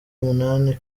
umunani